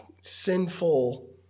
sinful